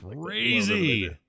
crazy